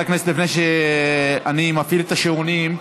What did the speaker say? לפני שאני מפעיל את השעונים,